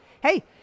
Hey